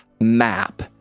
map